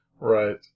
right